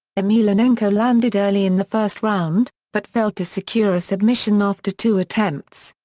emelianenko landed early in the first round, but failed to secure a submission after two attempts.